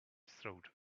throat